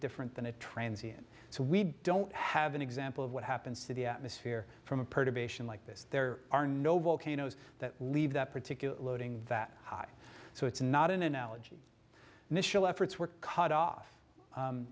different than a transit so we don't have an example of what happens to the atmosphere from a perturbation like this there are no volcanoes that leave that particular loading that high so it's not an analogy initial efforts were cut off